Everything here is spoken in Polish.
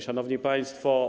Szanowni Państwo!